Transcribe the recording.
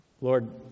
Lord